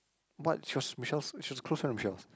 what she was Michelle's she was close friend with Michelle